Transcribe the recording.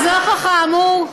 אז לנוכח האמור,